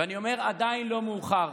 ואני אומר, עדיין לא מאוחר.